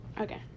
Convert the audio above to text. Okay